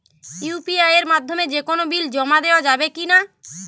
UPI এর মাধ্যমে যে কোনো বিল জমা দেওয়া যাবে কি না?